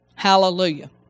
Hallelujah